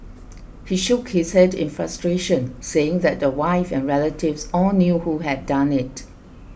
he shook his head in frustration saying that the wife and relatives all knew who had done it